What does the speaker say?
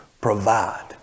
provide